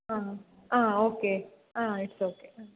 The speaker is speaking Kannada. ಹಾಂ ಹಾಂ ಓಕೆ ಹಾಂ ಇಟ್ಸ್ ಓಕೆ ಹಾಂ